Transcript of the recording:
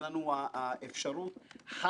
היועצת המשפטית לוועדה והמשנה ליועץ